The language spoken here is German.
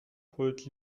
holt